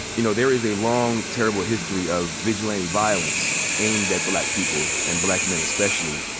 you know, there is a long, terrible history of vigilante violence aimed at black people and black men, especially,